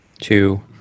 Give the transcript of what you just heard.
two